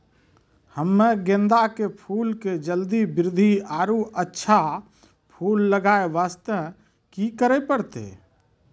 हम्मे गेंदा के फूल के जल्दी बृद्धि आरु अच्छा फूल लगय वास्ते की करे परतै?